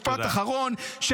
משפט אחרון,